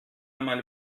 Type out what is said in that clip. mal